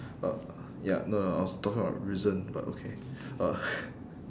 uh ya no no no I was talking about risen but okay uh